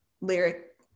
lyric